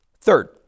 Third